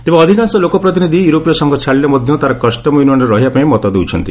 ତେବେ ଅଧିକାଂଶ ଲୋକପ୍ରତିନିଧି ୟୁରୋପୀୟ ସଂଘ ଛାଡ଼ିଲେ ମଧ୍ୟ ତା'ର କଷ୍ଟମ୍ ୟୁନିୟନ୍ରେ ରହିବା ପାଇଁ ମତ ଦେଉଛନ୍ତି